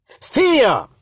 Fear